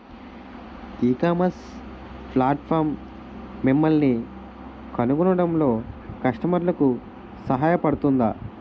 ఈ ecommerce platform మిమ్మల్ని కనుగొనడంలో కస్టమర్లకు సహాయపడుతుందా?